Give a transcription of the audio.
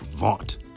Vaunt